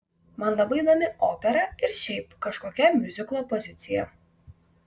man labai įdomi opera ir šiaip kažkokia miuziklo opozicija